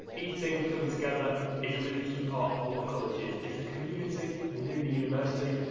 eating, coming together is a really key part of what a college is it's a community within the university,